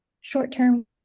short-term